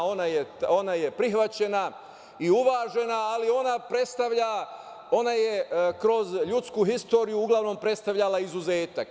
Ona je prihvaćena i uvažena, ali ona predstavlja, ona je kroz ljudsku istoriju uglavnom predstavljala izuzetak.